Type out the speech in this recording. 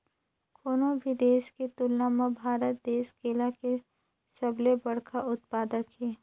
कोनो भी देश के तुलना म भारत देश केला के सबले बड़खा उत्पादक हे